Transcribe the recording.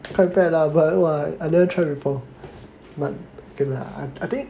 quite bad lah but !wah! I never try before but okay lah I think